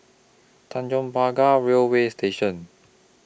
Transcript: Tanjong Pagar Railway Station